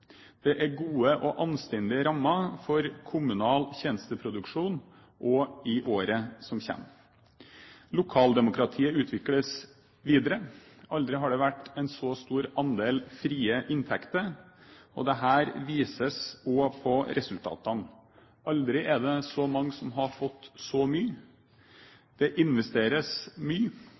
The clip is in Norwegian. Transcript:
Det er gode og anstendige rammer for kommunal tjenesteproduksjon også i året som kommer. Lokaldemokratiet utvikles videre. Aldri har det vært en så stor andel frie inntekter, og dette vises også på resultatene. Aldri er det så mange som har fått så mye. Det investeres mye.